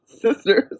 sisters